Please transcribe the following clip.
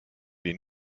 die